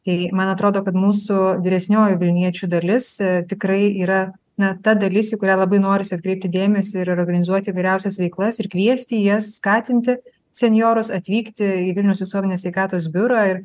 tai man atrodo kad mūsų vyresnioji vilniečių dalis tikrai yra na ta dalis į kurią labai norisi atkreipti dėmesį ir organizuoti įvairiausias veiklas ir kviesti jas skatinti senjorus atvykti į vilniaus visuomenės sveikatos biurą ir